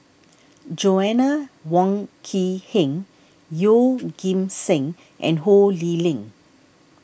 Joanna Wong Quee Heng Yeoh Ghim Seng and Ho Lee Ling